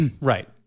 Right